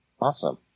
awesome